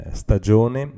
stagione